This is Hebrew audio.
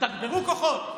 תתגברו כוחות.